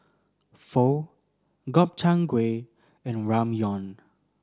Pho Gobchang Gui and Ramyeon